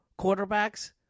quarterbacks